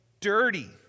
dirty